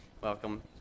welcome